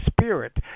spirit